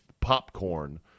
popcorn